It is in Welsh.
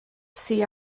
sydd